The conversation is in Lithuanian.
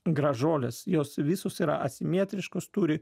gražuolės jos visos yra asimetriškos turi